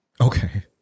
Okay